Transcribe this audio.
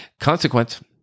consequence